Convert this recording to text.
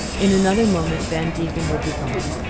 in another moment van degen would be gone.